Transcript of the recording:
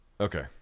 Okay